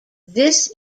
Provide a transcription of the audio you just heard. this